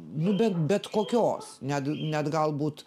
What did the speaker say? nu bet bet kokios net net galbūt